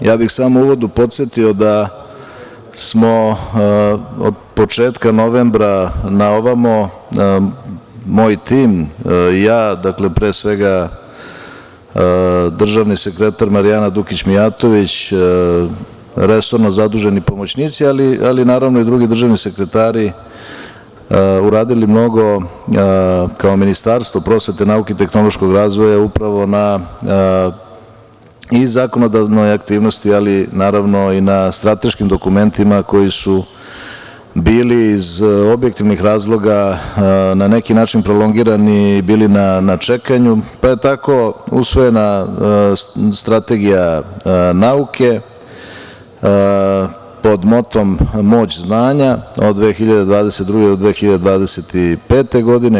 Ja bih samo u uvodu podsetio da smo od početka novembra na ovamo, moj tim i ja, dakle, pre svega, državni sekretar Marijana Dukić Mijatović, resorno zaduženi pomoćnici, ali naravno, i drugi državni sekretari, uradili mnogo kao Ministarstvo prosvete, nauke i tehnološkog razvoja upravo na, i zakonodavnoj aktivnosti, ali naravno, na strateškim dokumentima koji su bili iz objektivnih razloga na neki način prolongirani i bili na čekanju, pa je tako usvojena Strategija nauke, pod motom „Moć znanja“ od 2022. do 2025. godine.